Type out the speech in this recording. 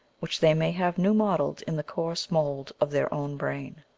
which they may have new modeled in the coarse mould of their own brain.